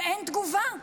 ואין תגובה.